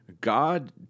God